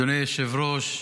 אדוני היושב-ראש,